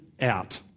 out